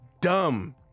Dumb